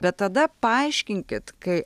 bet tada paaiškinkit kai